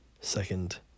second